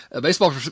Baseball